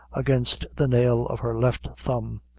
against the nail of her left thumb.